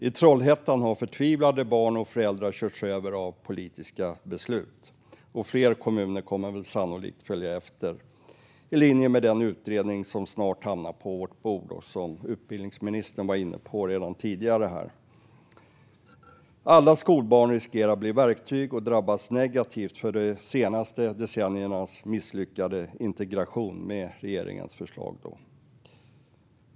I Trollhättan har förtvivlade barn och föräldrar körts över av politiska beslut, och fler kommuner kommer sannolikt att följa efter i linje med den utredning som snart hamnar på vårt bord och som utbildningsministern var inne på tidigare här. Alla skolbarn riskerar med regeringens förslag att bli verktyg och drabbas negativt av de senaste decenniernas misslyckade integration.